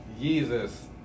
Jesus